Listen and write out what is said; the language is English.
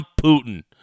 Putin